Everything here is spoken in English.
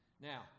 Now